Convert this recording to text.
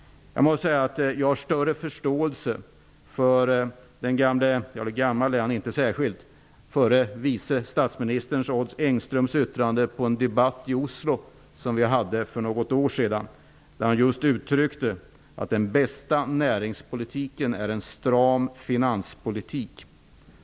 Jag måste säga att jag har större förståelse för den förre vice statsministern Odd Engströms yttrande i en debatt i Oslo för något år sedan att den bästa näringspolitiken är en stram finanspolitik.